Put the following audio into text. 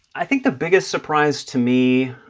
i think the biggest surprise to me